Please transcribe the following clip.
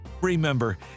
Remember